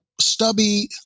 stubby